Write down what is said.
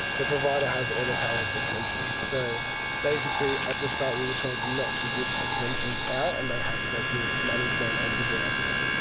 the provider has all the power with exemptions. so basically at the start we were told not to give exemptions out, and that they had to go through management and the director.